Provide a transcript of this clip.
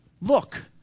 Look